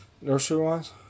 Nursery-wise